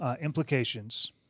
implications